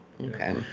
Okay